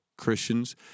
Christians